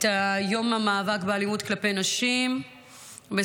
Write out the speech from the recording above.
את יום המאבק באלימות כלפי נשים בסימן